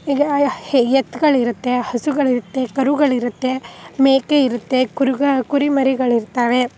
ಈಗ ಹೆ ಎತ್ಗಳಿರುತ್ತೆ ಹಸುಗಳಿರುತ್ತೆ ಕರುಗಳಿರುತ್ತೆ ಮೇಕೆ ಇರುತ್ತೆ ಕುರ್ಗ ಕುರಿ ಮರಿಗಳಿರ್ತವೆ